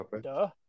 duh